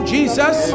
Jesus